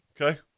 Okay